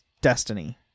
destiny